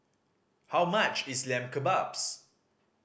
how much is Lamb Kebabs